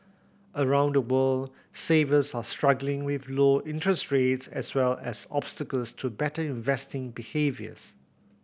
around the world savers are struggling with low interest rates as well as obstacles to better investing behaviours